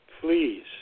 Please